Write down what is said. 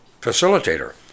facilitator